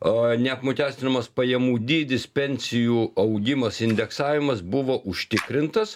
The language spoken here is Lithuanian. o neapmokestinamas pajamų dydis pensijų augimas indeksavimas buvo užtikrintas